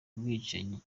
bwicanyi